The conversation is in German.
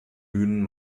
bühnen